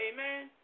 Amen